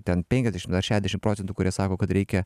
ten penkiasdešimt ar šešiasdešim procentų kurie sako kad reikia